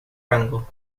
rango